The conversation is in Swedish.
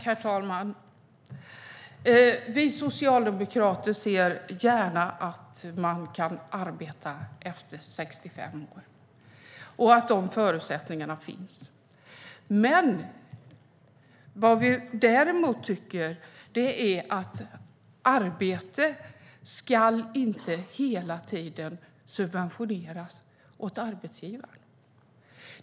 Herr talman! Vi socialdemokrater ser gärna att man kan arbeta efter 65 år och att det finns förutsättningar för det. Däremot tycker vi inte att arbete hela tiden ska subventioneras åt arbetsgivaren.